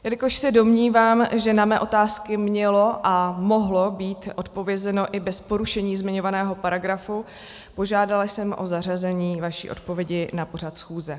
Jelikož se domnívám, že na mé otázky mělo a mohlo být odpovězeno i bez porušení zmiňovaného paragrafu, požádala jsem o zařazení vaší odpovědi na pořad schůze.